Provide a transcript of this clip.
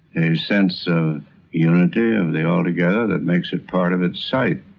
a sense of unity of the all together that makes it part of its site.